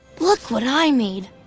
look what i made.